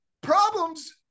problems